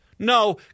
No